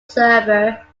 server